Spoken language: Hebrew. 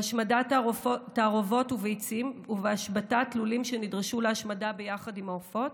בהשמדת תערובות וביצים ובהשבתת לולים שנדרשו להשמדה ביחד עם העופות,